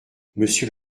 monsieur